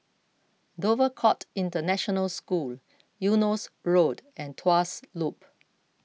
Dover Court International School Eunos Road and Tuas Loop